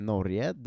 Norge